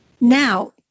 Now